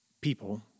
people